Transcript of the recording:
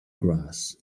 grass